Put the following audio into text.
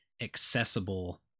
accessible